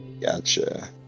Gotcha